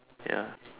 ya